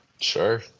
Sure